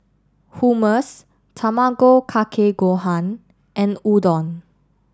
Hummus Tamago Kake Gohan and Udon